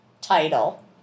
title